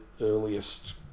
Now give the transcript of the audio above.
earliest